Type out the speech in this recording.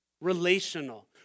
relational